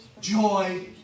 joy